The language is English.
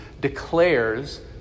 declares